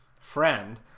friend